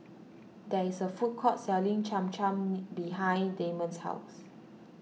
there is a food court selling Cham Cham behind Damon's house